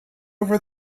over